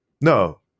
No